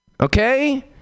Okay